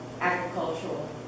agricultural